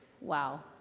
Wow